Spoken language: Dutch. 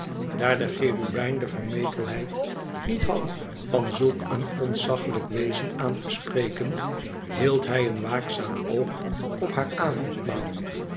daar de cherubijn de vermetelheid niet had van zulk een ontzaglijk wezen aan te spreken hield hij een waakzaam oog op haar avondmaal